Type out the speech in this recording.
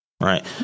Right